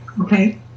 Okay